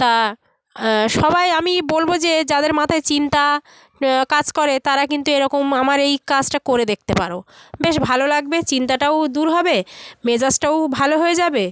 তা সবাই আমি বলব যে যাদের মাথায় চিন্তা কাজ করে তারা কিন্তু এরকম আমার এই কাজটা করে দেখতে পারো বেশ ভালো লাগবে চিন্তাটাও দূর হবে মেজাজটাও ভালো হয়ে যাবে